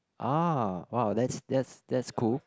ah !wow! that's that's that's cool